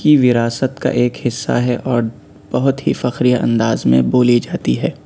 کی وراثت کا ایک حصہ ہے اور بہت ہی فخریہ انداز میں بولی جاتی ہے